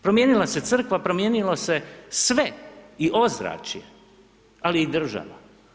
Promijenila se crkva, promijenilo se sve i ozračje, ali i država.